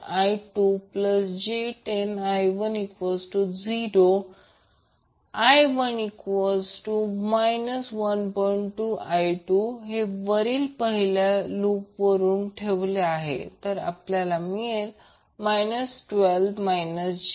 2I2 हे वरील जर पहिल्यालूप मध्ये ठेवले तर आपल्याला 12 j14I260∠30°⇒I23